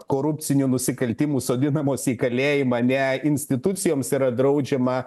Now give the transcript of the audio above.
korupcinių nusikaltimų sodinamos į kalėjimą ne institucijoms yra draudžiama